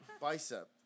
Bicep